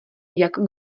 jak